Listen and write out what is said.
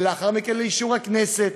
ולאחר מכן לאישור הכנסת,